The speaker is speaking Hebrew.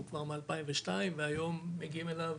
שהוא כבר מ-2002 והיום מגיעים אליו